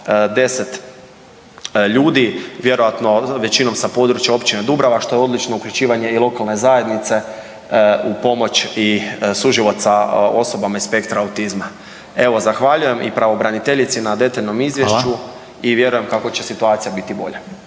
10 ljudi vjerojatno većinom sa područja općine Dubrava što je odlično uključivanje i lokalne zajednice u pomoć i suživot sa osobama iz spektra autizma. Evo zahvaljujem i pravobraniteljici na detaljnom izvješću …/Upadica: Hvala./… i vjerujem kako će situacija biti bolja.